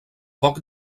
poc